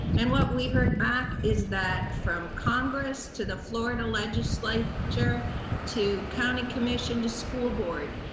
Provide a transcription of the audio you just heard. and what we heard back is that from congress to the florida legislature to county commission to school board,